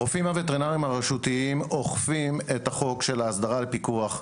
הרופאים הווטרינריים הרשותיים אוכפים את החוק של ההסדרה לפיקוח,